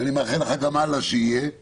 ואני מאחל לך גם הלאה שיהיה -- יהיה.